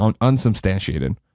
unsubstantiated